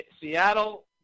Seattle